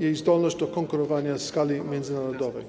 i jej zdolności do konkurowania w skali międzynarodowej.